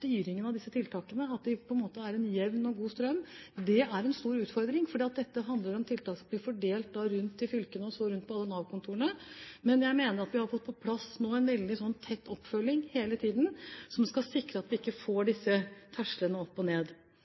av disse tiltakene på en måte er i en jevn og god strøm. Det er en stor utfordring, for dette handler om tiltak som blir fordelt rundt til fylkene og så rundt på alle Nav-kontorene. Men jeg mener at vi har fått på plass en veldig tett oppfølging hele tiden som skal sikre at vi ikke får disse tersklene opp og ned.